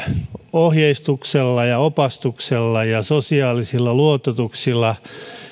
ohjeistuksella ja opastuksella ja sosiaalisilla luototuksilla